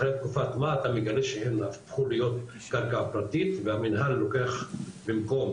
אחרי תקופת מה אתה מגלה שהן הפכו להיות קרקע פרטית והמנהל לוקח במקום,